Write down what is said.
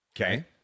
Okay